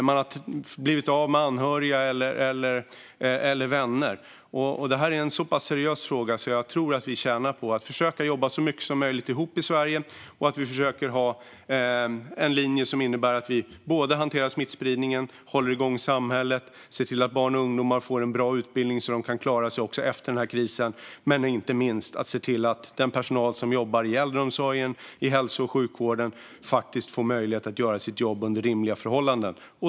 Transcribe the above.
Man har blivit av med anhöriga eller vänner. Det här är en så pass seriös fråga att jag tror att vi tjänar på att försöka jobba så mycket som möjligt ihop i Sverige och att vi försöker ha en linje som innebär att vi både hanterar smittspridningen, håller igång samhället och ser till att barn och ungdomar får en bra utbildning så att de kan klara sig också efter krisen. Inte minst handlar det också om att se till att den personal som jobbar i äldreomsorgen och i hälso och sjukvården får möjlighet att göra sitt jobb under rimliga förhållanden.